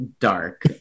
dark